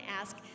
ask